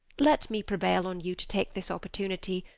let me prevail on you to take this opportunity,